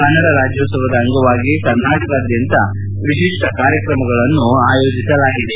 ಕನ್ನಡ ರಾಜ್ಯೋತ್ಸವದ ಅಂಗವಾಗಿ ಕರ್ನಾಟಕದಾದ್ಯಂತ ವಿಶಿಷ್ಷ ಕಾರ್ಯಕ್ರಮಗಳನ್ನು ಆಯೋಜಿಸಲಾಗಿದೆ